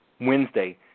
Wednesday